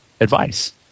advice